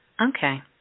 okay